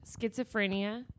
schizophrenia